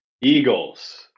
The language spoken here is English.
Eagles